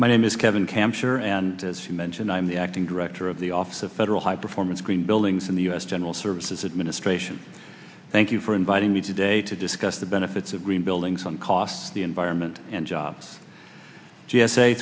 my name is kevin camp sure and as you mentioned i am the acting director of the office of federal high performance green buildings in the u s general services administration thank you for inviting me today to discuss the benefits of green buildings on costs the environment and jobs